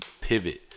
pivot